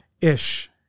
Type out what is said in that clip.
Ish